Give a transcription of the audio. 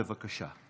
בבקשה.